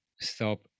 stop